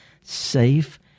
safe